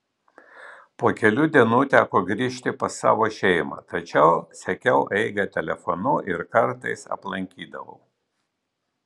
po kelių dienų teko grįžti pas savo šeimą tačiau sekiau eigą telefonu ir kartais aplankydavau